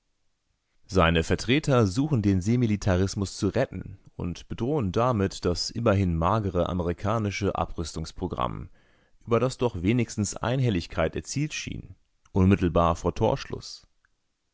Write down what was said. seine vertreter suchen den seemilitarismus zu retten und bedrohen damit das immerhin magere amerikanische abrüstungsprogramm über das doch wenigstens einhelligkeit erzielt schien unmittelbar vor